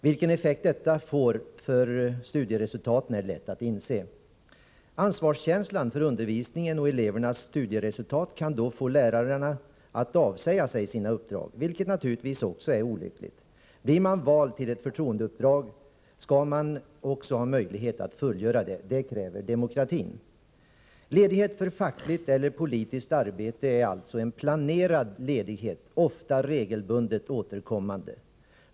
Vilken effekt detta får På studieresultaten är lätt att inse. Ansvarskänslan för undervisningen och elevernas studieresultat kan få lärarna att avsäga sig sina uppdrag, vilket naturligtvis också är olyckligt. Blir man vald till ett förtroendeuppdrag, skall man också ha möjlighet att fullgöra detta. Det kräver demokratin. Ledighet för fackligt eller politiskt arbete är alltså en planerad ledighet, ofta regelbundet återkommande.